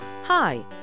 Hi